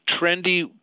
trendy